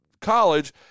college